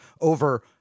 over